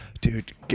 dude